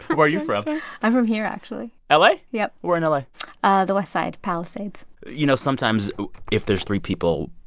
where are you from? i'm from here, actually la? yep where in and la? ah the west side, palisades you know, sometimes if there's three people,